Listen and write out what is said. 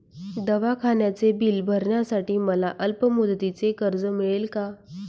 दवाखान्याचे बिल भरण्यासाठी मला अल्पमुदतीचे कर्ज मिळेल का?